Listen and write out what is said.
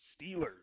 Steelers